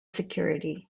security